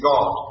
God